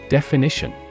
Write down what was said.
Definition